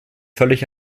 völlig